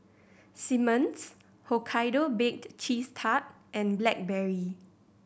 Simmons Hokkaido Baked Cheese Tart and Blackberry